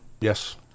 Yes